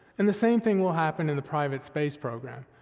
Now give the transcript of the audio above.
and the same thing will happen in the private space program,